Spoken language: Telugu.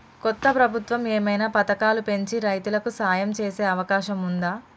కొత్త ప్రభుత్వం ఏమైనా పథకాలు పెంచి రైతులకు సాయం చేసే అవకాశం ఉందా?